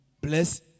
bless